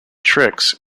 tricks